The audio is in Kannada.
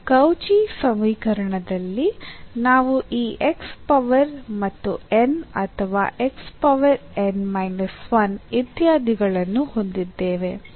ಈಗ ಕೌಚಿ ಸಮೀಕರಣಗಳಲ್ಲಿ ನಾವು ಈ x ಪವರ್ ಮತ್ತು n ಅಥವಾ x ಪವರ್ n ಮೈನಸ್ 1 ಇತ್ಯಾದಿಗಳನ್ನು ಹೊಂದಿದ್ದೇವೆ